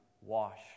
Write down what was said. wash